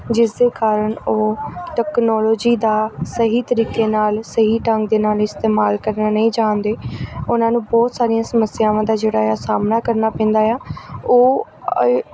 ਜਿਸ ਦੇ ਕਾਰਨ ਉਹ ਟੈਕਨੋਲੋਜੀ ਦਾ ਸਹੀ ਤਰੀਕੇ ਨਾਲ ਸਹੀ ਢੰਗ ਦੇ ਨਾਲ ਇਸਤੇਮਾਲ ਕਰਨਾ ਨਹੀਂ ਜਾਣਦੇ ਉਹਨਾਂ ਨੂੰ ਬਹੁਤ ਸਾਰੀਆਂ ਸਮੱਸਿਆਵਾਂ ਦਾ ਜਿਹੜਾ ਆ ਸਾਹਮਣਾ ਕਰਨਾ ਪੈਂਦਾ ਆ ਉਹ ਏ